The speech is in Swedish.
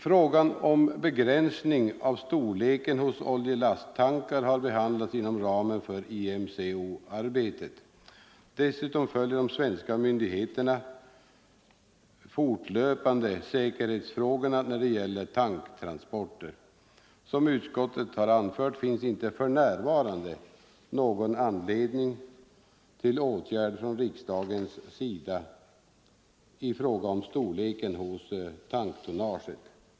Frågan om begränsning av storleken hos oljetankfartyg har behandlats inom ramen för IMCO-arbetet. Dessutom följer de svenska myndigheterna fortlöpande säkerhetsfrågorna när det gäller tanktransporter. Som utskottet har anfört finns det inte för närvarande någon anledning till åtgärd från riksdagens sida i fråga om storleken hos tanktonnaget.